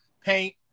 paint